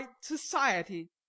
society